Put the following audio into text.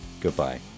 Goodbye